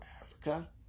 Africa